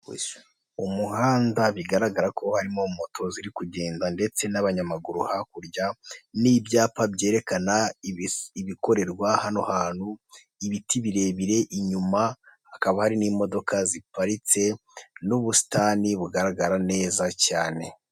Umuhanda bigaragara ko harimo moto ziri kugenda ndetse n'abanyamaguru hakurya, n'ibyapa byerekana ibikorerwa hano hantu ,ibiti birebire inyuma hakaba hari n'imodoka ziparitse n'ubusitani bugaragara neza cyane.